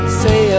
say